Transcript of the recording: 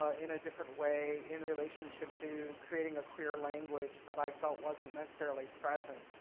ah in a different way, in relationship to creating a clear language that i felt wasn't necessarily present.